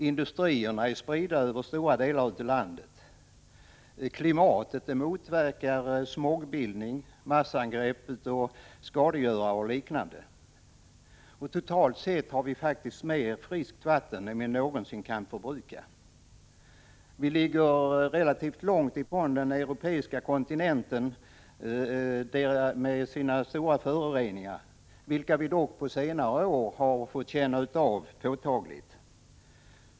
—- Industrierna är spridda över stora delar av landet. - Klimatet motverkar smogbildning, massangrepp av skadegörare och liknande. —- Totalt sett har vi faktiskt mer friskt vatten än vi någonsin kan förbruka. — Sverige ligger relativt långt ifrån de delar av den europeiska kontinenten som har de stora föroreningarna, vilka vi dock på senare år påtagligt fått känna av.